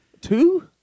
Two